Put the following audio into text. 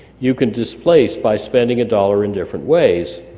you can displace by spending a dollar in different ways,